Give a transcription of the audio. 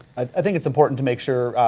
i think it's important to make sure,